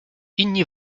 inni